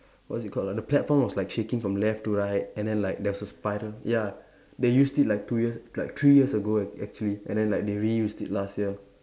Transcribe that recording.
what is it called ah the platform was like shaking from left to right and then like there was a spiral ya they used it like two years like three years ago ac~ actually and then like they reused it last year